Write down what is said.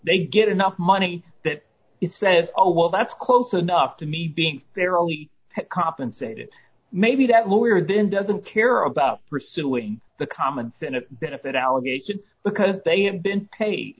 they get enough money that you said oh well that's close enough to me being fairly compensated maybe that lawyer then doesn't care about pursuing the common sense a benefit allegation because they have been